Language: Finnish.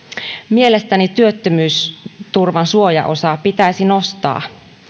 mielestäni työttömyysturvan suojaosaa pitäisi nostaa